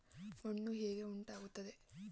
ಮಣ್ಣು ಹೇಗೆ ಉಂಟಾಗುತ್ತದೆ?